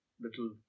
little